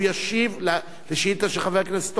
הוא ישיב על השאילתא של חבר הכנסת